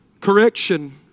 correction